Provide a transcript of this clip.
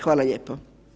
Hvala lijepo.